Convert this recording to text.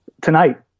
tonight